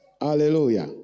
Hallelujah